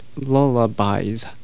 lullabies